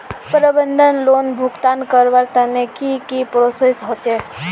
प्रबंधन लोन भुगतान करवार तने की की प्रोसेस होचे?